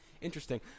interesting